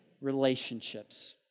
relationships